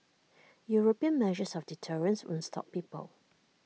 european measures of deterrence won't stop people